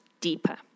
deeper